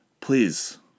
Please